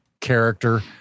character